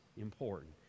important